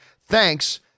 thanks